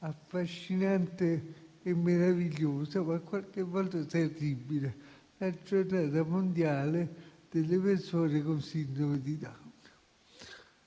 affascinante e meravigliosa, ma qualche volta terribile, ossia la Giornata mondiale delle persone con sindrome di Down.